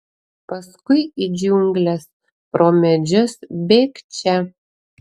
paskui į džiungles pro medžius bėgčia